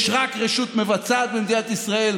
יש רק רשות מבצעת במדינת ישראל,